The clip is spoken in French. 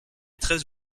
treize